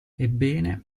ebbene